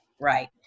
Right